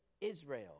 Israel